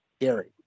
Gary